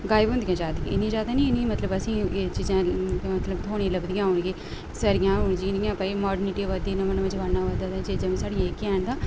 गायब होंदियां जादियां इन्निया जैदा निं एह् मतलव असें मतलव थोह्ने लब्भदियां हून के कि भाई मार्डनिटी आवा दी ते नमां नमां जमाना आवा ते एह् चीजां साढ़ियां जेेह्कियां हैन